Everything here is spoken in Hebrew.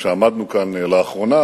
חבר הכנסת טלב אלסאנע,